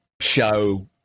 show